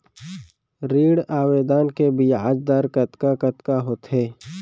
ऋण आवेदन के ब्याज दर कतका कतका होथे?